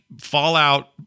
Fallout